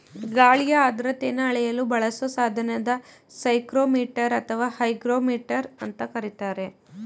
ಗಾಳಿಯ ಆರ್ದ್ರತೆನ ಅಳೆಯಲು ಬಳಸೊ ಸಾಧನನ ಸೈಕ್ರೋಮೀಟರ್ ಅಥವಾ ಹೈಗ್ರೋಮೀಟರ್ ಅಂತ ಕರೀತಾರೆ